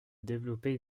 développer